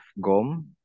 GOM